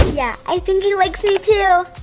yeah, i think he likes me too.